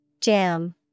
Jam